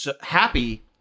happy